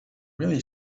really